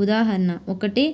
ఉదాహరణ ఒకటి